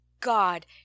God